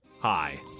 Hi